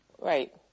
Right